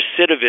recidivism